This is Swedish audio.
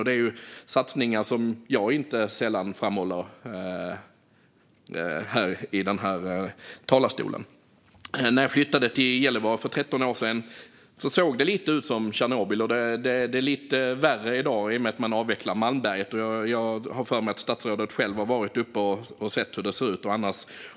Det är satsningar som jag inte sällan framhåller i den här talarstolen. När jag flyttade till Gällivare för 13 år sedan såg det lite ut som Tjernobyl, och det är lite värre i dag i och med att man avvecklar Malmberget. Jag har för mig att statsrådet själv har varit uppe och sett hur det ser ut.